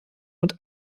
und